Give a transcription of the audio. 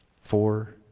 four